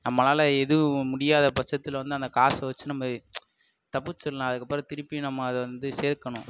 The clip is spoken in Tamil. நம்மளால் எதுவும் முடியாத பட்சத்தில் வந்து அந்த காசு வச்சு நம்ம தப்பிச்சிடலாம் அதுக்கப்பறம் திருப்பியும் நம்ம அதை வந்து சேர்க்கணும்